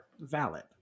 valid